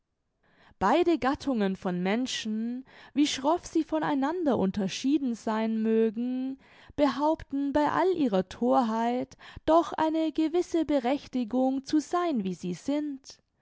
beide gattungen von menschen wie schroff sie voneinander unterschieden sein mögen behaupten bei all ihrer thorheit doch eine gewisse berechtigung zu sein wie sie sind